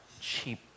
Cheap